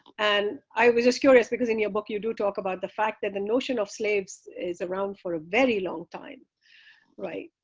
and i was just curious, because in your book you do talk about the fact that the notion of slaves is around for a very long time right?